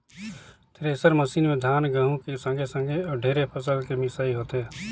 thresher machine में धान, गहूँ के संघे संघे अउ ढेरे फसिल के मिसई होथे